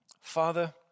Father